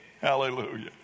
Hallelujah